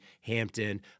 Hampton